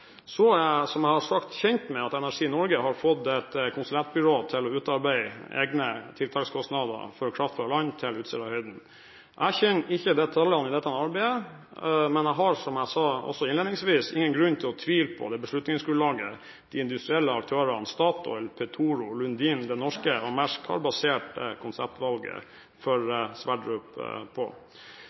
er, som jeg har sagt, kjent med at Energi Norge har fått et konsulentbyrå til å utarbeide egne tiltakskostnader for kraft fra land til Utsirahøyden. Jeg kjenner ikke de tallene i dette arbeidet, men jeg har, som jeg sa også innledningsvis, ingen grunn til å tvile på det beslutningsgrunnlaget de industrielle aktørene, Statoil, Petoro, Lundin, Det norske oljeselskap og Maersk, har basert konseptvalget for Sverdrup på.